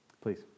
Please